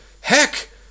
heck